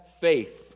faith